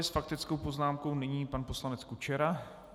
S faktickou poznámkou nyní pan poslanec Kučera.